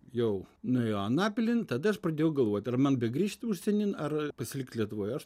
jau nuėjo anapilin tada aš pradėjau galvoti ar man begrįžti užsienin ar pasilikt lietuvoje aš